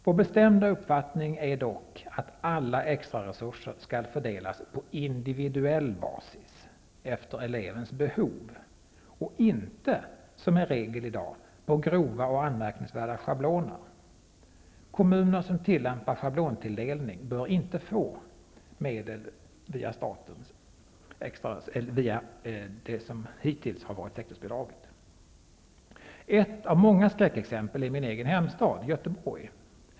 Vår bestämda uppfattning är dock att alla extraresurser skall fördelas på individuell basis efter elevens behov och inte, som är regel i dag, på grova och anmärkningsvärda schabloner. Kommuner som tillämpar schablontilldelning bör enligt vår mening icke få medel via det som hittills har varit sektorsbidraget. Ett av många skräckexempel är min egen hemstad -- Göteborg.